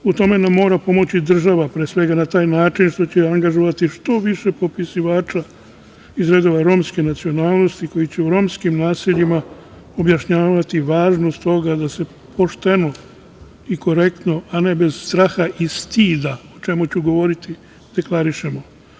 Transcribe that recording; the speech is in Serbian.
U tom nam mora pomoći država, pre svega, na taj način što će angažovati što više popisivača iz redova romske nacionalnosti koji će u romskim naseljima objašnjavati važnost toga da se pošteno i korektno, a ne bez straha i stida, o čemu ću govoriti, deklarišemo.